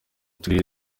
turere